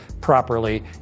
properly